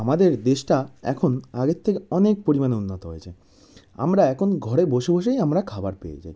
আমাদের দেশটা এখন আগের থেকে অনেক পরিমাণে উন্নত হয়েছে আমরা এখন ঘরে বসে বসেই আমরা খাবার পেয়ে যাই